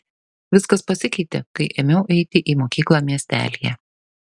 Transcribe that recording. viskas pasikeitė kai ėmiau eiti į mokyklą miestelyje